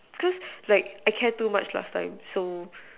cause like I care too much last time